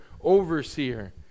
overseer